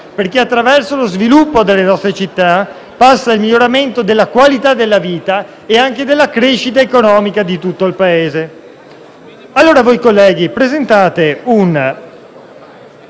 perché attraverso lo sviluppo delle nostre città passa il miglioramento della qualità della vita nonché della crescita economica di tutto il Paese.